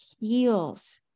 heals